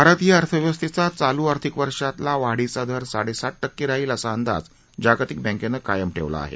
भारतीय अर्थव्यवस्थेचा चालू आर्थिक वर्षातला वाढीचा दर साडेसात टक्के राहील असा अंदाज जागतिक बँकेनं कायम ठेवला आहे